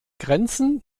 grenzen